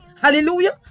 Hallelujah